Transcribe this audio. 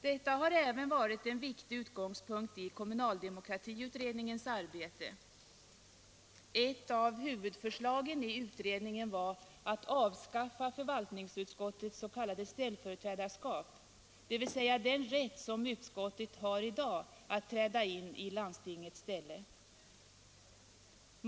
Detta har även varit en viktig utgångspunkt i kommunaldemokratiutredningens arbete. Ett av huvudförslagen i utredningen var att avskaffa förvaltningsutskottets s.k. ställföreträdarskap, dvs. den rätt som utskottet i dag har att träda in i landstingets ställe.